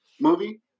movie